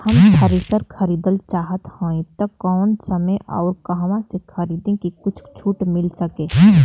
हम थ्रेसर खरीदल चाहत हइं त कवने समय अउर कहवा से खरीदी की कुछ छूट मिल सके?